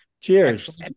Cheers